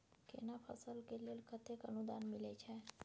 केना फसल के लेल केतेक अनुदान मिलै छै?